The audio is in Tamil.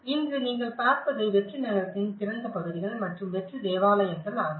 இன்று நீங்கள் பார்ப்பது வெற்று நகரத்தின் திறந்த பகுதிகள் மற்றும் வெற்று தேவாலயங்கள் ஆகும்